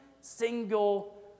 single